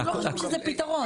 אנחנו לא חושבים שזה פתרון.